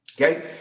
Okay